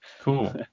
Cool